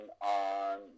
on